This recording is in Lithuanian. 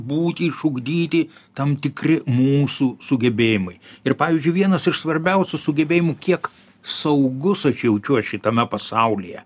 būti išugdyti tam tikri mūsų sugebėjimai ir pavyzdžiui vienas iš svarbiausių sugebėjimų kiek saugus aš jaučiuos šitame pasaulyje